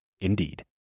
indeed